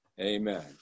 amen